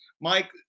Mike